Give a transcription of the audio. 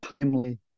timely